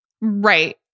Right